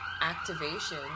activation